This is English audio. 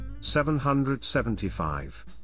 775